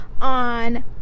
on